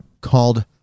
called